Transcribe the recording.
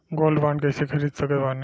Gold bond कईसे खरीद सकत बानी?